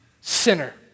sinner